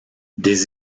des